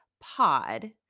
pod